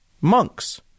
monks